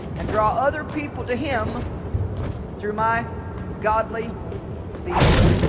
and draw other people to him through my godly behavior